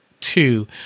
two